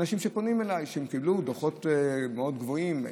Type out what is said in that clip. כי אנשים פונים אליי שהם קיבלו דוחות מאוד גבוהים,